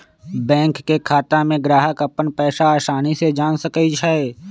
bank के खाता में ग्राहक अप्पन पैसा असानी से जान सकई छई